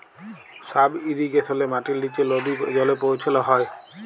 sub ইরিগেশলে মাটির লিচে লদী জলে পৌঁছাল হ্যয়